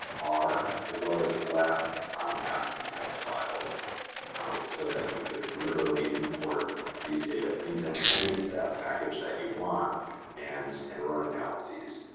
r, as well as flat ascii text files ah so that you could literally import these data into any stats package that you want and and run analyses.